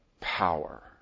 power